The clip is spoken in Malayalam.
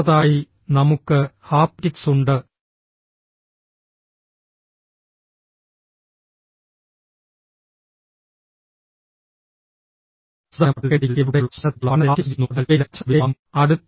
അടുത്തതായി നമുക്ക് ഹാപ്റ്റിക്സ് ഉണ്ട് ഹസ്തദാനം തട്ടൽ കെട്ടിപ്പിടിക്കൽ എന്നിവയുൾപ്പെടെയുള്ള സ്പർശനത്തെക്കുറിച്ചുള്ള പഠനത്തെ ഹാപ്റ്റിക്സ് സൂചിപ്പിക്കുന്നു അതിനാൽ ഇവയെല്ലാം സ്പർശനത്തിന് വിധേയമാകും